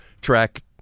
track